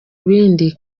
bindi